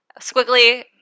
Squiggly